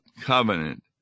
covenant